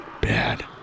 Bad